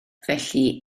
felly